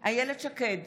בהצבעה אילת שקד,